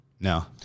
No